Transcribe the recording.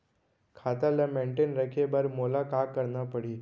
खाता ल मेनटेन रखे बर मोला का करना पड़ही?